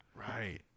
Right